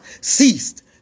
ceased